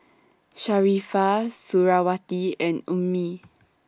Sharifah Suriawati and Ummi